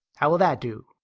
how will that do?